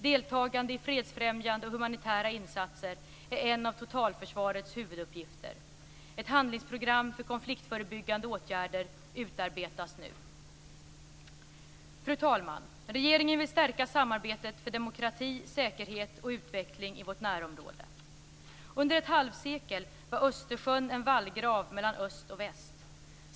Deltagande i fredsfrämjande och humanitära insatser är en av totalförsvarets huvuduppgifter. Ett handlingsprogram för konfliktförebyggande åtgärder utarbetas nu. Fru talman! Regeringen vill stärka samarbetet för demokrati, säkerhet och utveckling i vårt närområde. Under ett halvsekel var Östersjön en vallgrav mellan öst och väst.